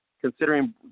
Considering